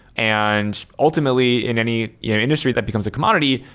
and ultimately, in any you know industry that becomes a commodity,